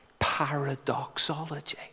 paradoxology